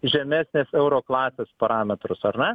žemesnės euroklasės parametrus ar ne